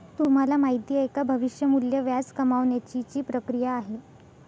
तुम्हाला माहिती आहे का? भविष्य मूल्य व्याज कमावण्याची ची प्रक्रिया आहे